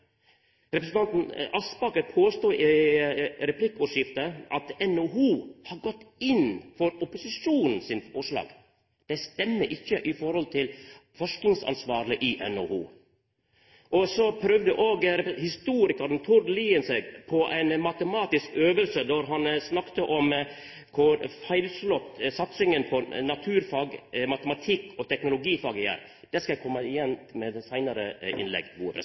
Representanten Aspaker påstod i eit replikkordskifte at NHO har gått inn for opposisjonen sine forslag. Det stemmer ikkje ut frå forskingsansvarleg i NHO. Så prøvde historikaren Tord Lien seg på ei matematisk øving då han snakka om kor feilslått satsinga på naturfag, matematikk og teknologifag har vore. Det skal eg koma tilbake til i eit seinare innlegg.